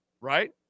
right